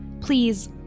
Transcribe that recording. please